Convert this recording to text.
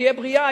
ושתהיה בריאה,